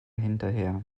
hinterher